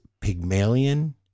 *Pygmalion*